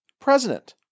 president